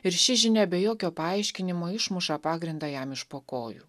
ir ši žinia be jokio paaiškinimo išmuša pagrindą jam iš po kojų